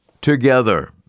together